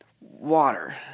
water